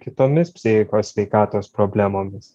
kitomis psichikos sveikatos problemomis